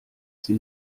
sie